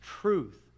truth